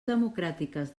democràtiques